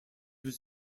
was